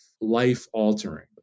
life-altering